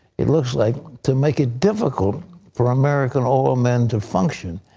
it looks like, to make it difficult for american oil ah men to function.